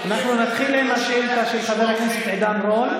אנחנו נתחיל עם השאילתה של חבר הכנסת עידן רול,